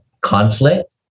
conflict